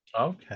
Okay